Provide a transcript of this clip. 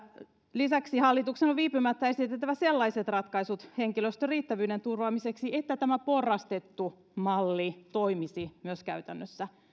lisäksi hallituksen on viipymättä esitettävä sellaiset ratkaisut henkilöstön riittävyyden turvaamiseksi että tämä porrastettu malli toimisi myös käytännössä